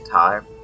time